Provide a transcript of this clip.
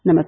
नमस्कार